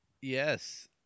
Yes